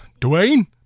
Dwayne